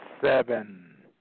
seven